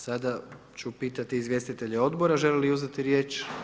Sada ću pitati izvjestitelje odbora želi li uzeti riječ.